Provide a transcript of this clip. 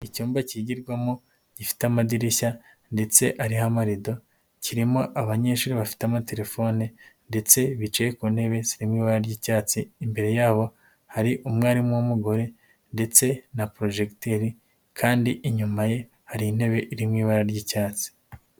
Icyumba cyigirwamo gifite amadirishya ndetse ariho amarido, kirimo abanyeshuri bafite amatelefone ndetse bicaye ku ntebe zimwe iba ry'icyatsi, imbere yabo hari umwarimu w'umugore ndetse na projegiteri, kandi inyuma ye hari intebe iri mu ibara ry'icyatsi.